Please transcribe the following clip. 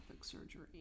surgery